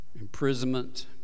Imprisonment